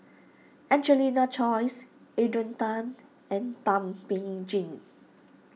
Angelina Choy Adrian Tan and Thum Ping Tjin